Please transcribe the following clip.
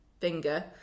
finger